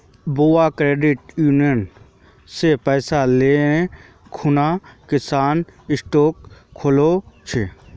बुआ credit union स पैसा ले खूना किराना स्टोर खोलील छ